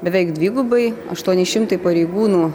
beveik dvigubai aštuoni šimtai pareigūnų